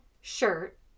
shirt